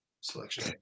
selection